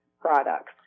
products